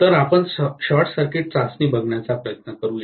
तर आपण short circuit चाचणी बघण्याचा प्रयत्न करूया